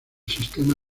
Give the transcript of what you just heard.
sistema